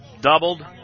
doubled